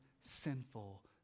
sinful